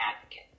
advocate